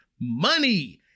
money